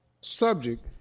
subject